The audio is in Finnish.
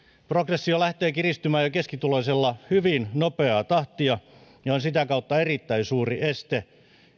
ongelma progressio lähtee kiristymään jo keskituloisilla hyvin nopeaa tahtia ja se on sitä kautta erittäin suuri este